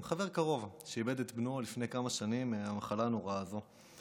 עם חבר קרוב שאיבד את בנו לפני כמה שנים בגלל המחלה הנוראה הזו.